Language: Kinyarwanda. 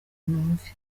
numve